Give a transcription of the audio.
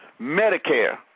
Medicare